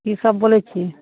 की सब बोलय छियै